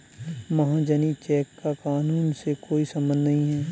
महाजनी चेक का कानून से कोई संबंध नहीं है